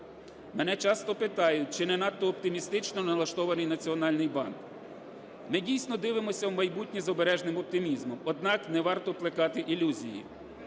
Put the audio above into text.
Мене часто питають, чи не надто оптимістично налаштований Національний банк. Ми, дійсно, дивимося в майбутнє з обережним оптимізмом, однак не варто плекати ілюзії.